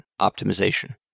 optimization